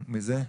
שב,